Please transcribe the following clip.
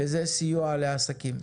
שזה סיוע לעסקים.